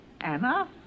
Anna